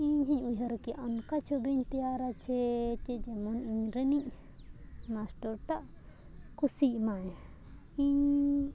ᱤᱧᱦᱚᱧ ᱩᱭᱦᱟᱹᱨ ᱠᱮᱜᱼᱟ ᱚᱱᱠᱟ ᱪᱷᱚᱵᱤᱧ ᱛᱮᱭᱟᱨᱟ ᱪᱮ ᱪᱮᱫ ᱡᱮᱢᱚᱱ ᱤᱧ ᱨᱤᱱᱤᱡ ᱢᱟᱥᱴᱟᱨ ᱴᱟᱜ ᱠᱩᱥᱤᱜ ᱢᱟᱭ ᱤᱧ